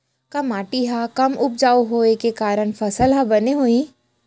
का माटी हा कम उपजाऊ होये के कारण फसल हा बने होही?